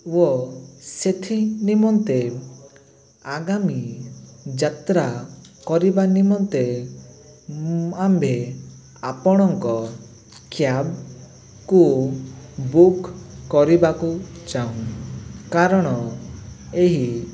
ଓ ସେଥି ନିମନ୍ତେ ଆଗାମୀ ଯାତ୍ରା କରିବା ନିମନ୍ତେ ମୁଁ ଆମ୍ଭେ ଆପଣଙ୍କ କ୍ୟାବକୁ ବୁକ କରିବାକୁ ଚାହୁଁ କାରଣ ଏହି